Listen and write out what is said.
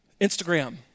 Instagram